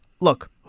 look